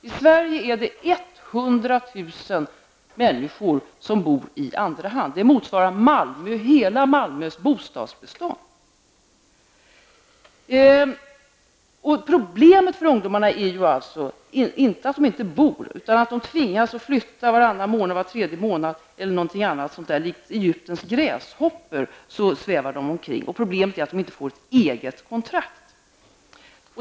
I Sverige bor 100 000 människor i andra hand. Det motsvarar Malmös hela bostadsbestånd. Problemet för ungdomarna är inte att de inte bor någonstans, utan att de tvingas flytta varannan eller var tredje månad eller något liknande. Likt Egyptens gräshoppor svävar de omkring. Problemet är att de inte får ett eget kontrakt.